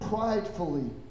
pridefully